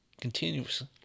continuously